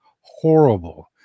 horrible